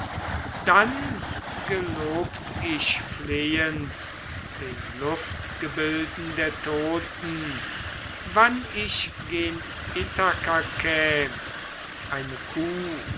dann gelobt ich flehend den luftgebilden der toten wann ich gen ithaka käm eine kuh